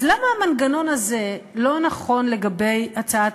אז למה המנגנון הזה לא נכון לגבי הצעת